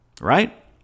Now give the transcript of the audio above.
right